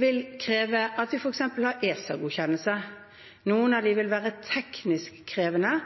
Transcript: vil kreve at vi f.eks. har ESA-godkjennelse. Noen av dem vil være teknisk krevende